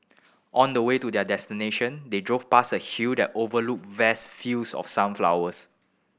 on the way to their destination they drove past a hill that overlooked vast fields of sunflowers